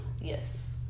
Yes